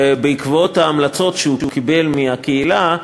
ובעקבות ההמלצות שהוא קיבל מהקהילה,